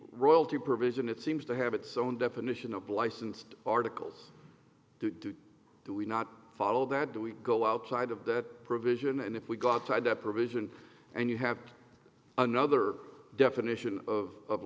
royalty provision it seems to have its own definition of licensed articles do do we not follow that do we go outside of that provision and if we got tied up provision and you have another definition of